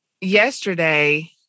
Yesterday